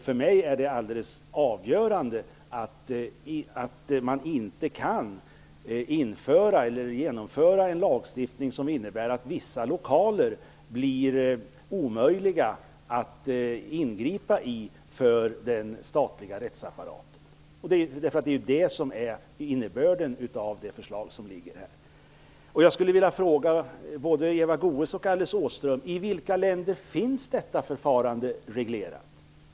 För mig är det alldeles avgörande att man inte kan införa en lagstiftning som innebär att det blir omöjligt för den statliga rättsapparaten att ingripa i vissa lokaler. Det är ju det som är innebörden i förslaget. Åström: I vilka länder finns detta förfarande reglerat?